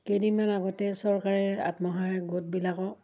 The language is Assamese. কেইদিনমান আগতে চৰকাৰে আত্মসহায়ক গোটবিলাকক